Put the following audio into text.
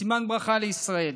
סימן ברכה לישראל,